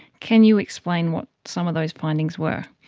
can you explain what some of those findings were?